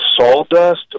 sawdust